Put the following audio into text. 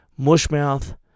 Mushmouth